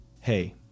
hey